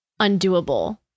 undoable